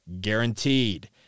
guaranteed